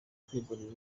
kwigurira